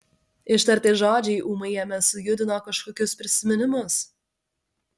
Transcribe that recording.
ištarti žodžiai ūmai jame sujudino kažkokius prisiminimus